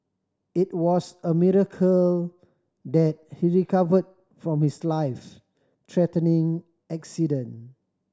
it was a miracle that he recovered from his life threatening accident